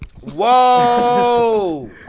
Whoa